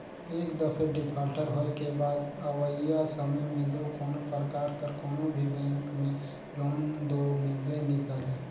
एक दफे डिफाल्टर होए के बाद अवइया समे में दो कोनो परकार कर कोनो भी बेंक में लोन दो मिलबे नी करे